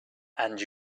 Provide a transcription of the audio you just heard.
and